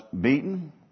beaten